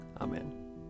amen